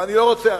ואני לא רוצה,